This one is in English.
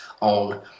on